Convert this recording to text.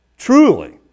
Truly